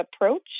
approach